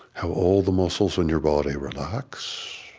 how all the muscles in your body relax,